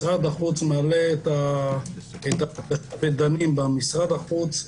משרד החוץ מעלה את הבקשות ודנים, משרד החוץ,